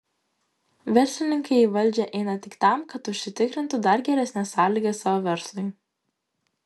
verslininkai į valdžią eina tik tam kad užsitikrintų dar geresnes sąlygas savo verslui